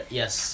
yes